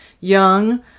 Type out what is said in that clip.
young